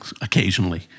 occasionally